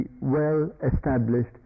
well-established